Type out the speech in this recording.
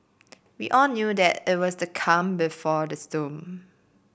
we all knew that it was the calm before the storm